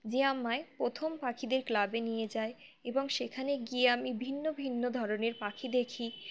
যে আমায় প্রথম পাখিদের ক্লাবে নিয়ে যায় এবং সেখানে গিয়ে আমি ভিন্ন ভিন্ন ধরনের পাখি দেখি